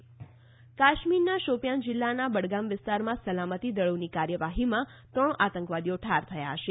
Kashmir encounter કાશ્મીરના શોપિયાન જિલ્લાના બડગામ વિસ્તારમાં સલામતી દળોની કાર્યવાહીમાં ત્રણ આતંકવાદીઓ ઠાર થયા છે